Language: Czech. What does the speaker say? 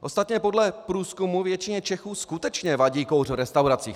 Ostatně podle průzkumu většině Čechů skutečně vadí kouř v restauracích.